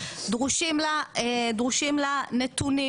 דרושים לה נתונים.